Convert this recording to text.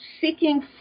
seeking